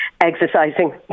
exercising